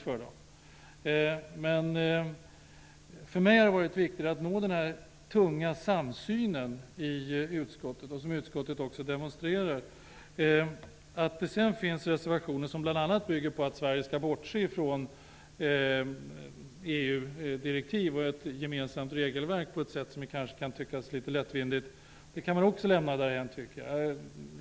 För mig har det varit viktigt att nå den här stora samsynen i utskottet, vilken utskottet också demonstrerar. Att det sedan finns reservationer som bl.a. bygger på att Sverige skall bortse från EU-direktiv och ett gemensamt regelverk på ett sätt som kanske kan tyckas litet lättvindigt tycker jag också att vi kan lämna där hän.